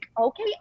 Okay